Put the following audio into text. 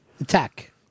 Attack